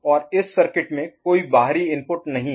और इस सर्किट में कोई बाहरी इनपुट नहीं है